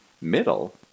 middle